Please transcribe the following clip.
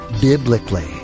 biblically